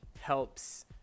helps